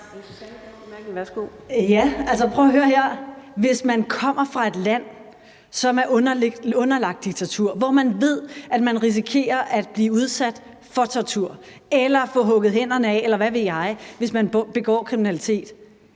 Hvis man kommer fra et land, som er underlagt diktatur, og hvor man ved, at man risikerer at blive udsat for tortur eller få hugget hænderne af, eller hvad ved jeg, hvis man begår kriminalitet,